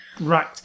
Right